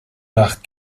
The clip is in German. nach